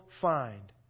find